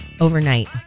Overnight